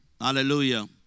Hallelujah